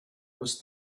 was